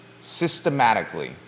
systematically